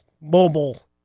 mobile